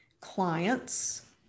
clients